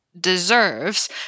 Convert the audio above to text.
deserves